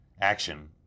action